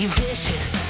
vicious